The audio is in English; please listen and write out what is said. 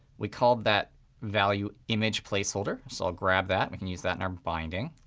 we called that value image placeholder. so i'll grab that. we can use that in our binding.